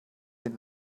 den